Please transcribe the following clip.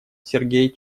сергей